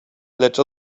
lecz